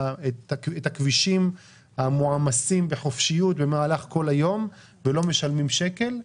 הכבישים המועמסים בחופשיות במהלך כל היום ולא משלמים שקל.